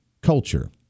culture